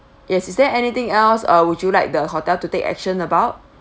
yes is there anything else uh would you like the hotel to take action about